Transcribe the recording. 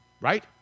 right